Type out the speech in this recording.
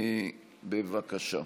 בבקשה.